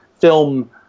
film